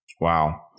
Wow